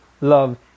Love